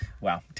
Wow